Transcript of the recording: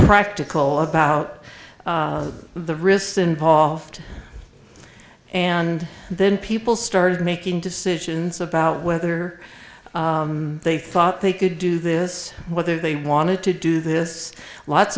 practical about the risks involved and then people started making decisions about whether they thought they could do this whether they wanted to do this lots